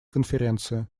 конференции